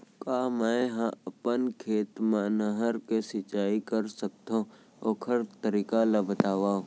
का मै ह अपन खेत मा नहर से सिंचाई कर सकथो, ओखर तरीका ला बतावव?